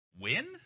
Win